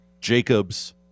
Jacobs